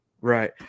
Right